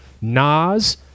Nas